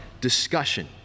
discussion